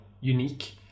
unique